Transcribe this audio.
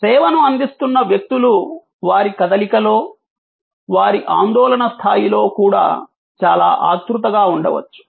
సేవను అందిస్తున్న వ్యక్తులు వారి కదలికలో వారి ఆందోళన స్థాయిలో కూడా చాలా ఆత్రుతగా ఉండవచ్చు